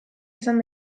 izan